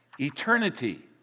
eternity